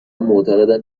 معتقدم